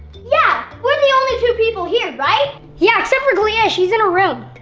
yeah, we're the only two people here, right yeah, except for kalia, she's in her room!